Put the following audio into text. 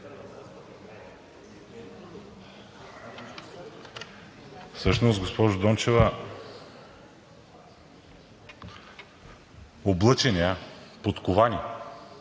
Всъщност, госпожо Дончева, облъчени, а? Подковани?